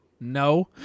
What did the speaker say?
no